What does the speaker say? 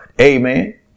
Amen